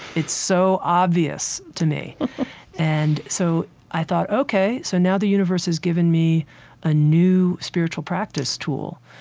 it's so obvious to me and so i thought, ok, so now the universe has given me a new spiritual practice tool,